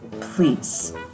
Please